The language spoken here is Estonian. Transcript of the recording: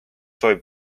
soovib